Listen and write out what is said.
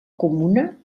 comuna